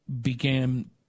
began